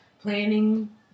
planning